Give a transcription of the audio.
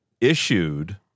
issued